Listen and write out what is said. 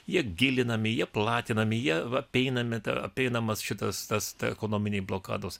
jie gilinami jie platinami jie apeinami apeinamas šitas tas ekonominiai blokados